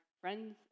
friends